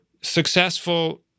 successful